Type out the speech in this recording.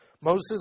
Moses